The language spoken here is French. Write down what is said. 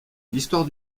l’histoire